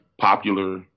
popular